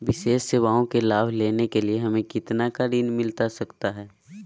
विशेष सेवाओं के लाभ के लिए हमें कितना का ऋण मिलता सकता है?